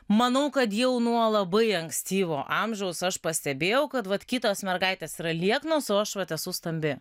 manau kad jau nuo labai ankstyvo amžiaus aš pastebėjau kad vat kitos mergaitės yra lieknos o aš vat esu stambi